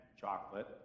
chocolate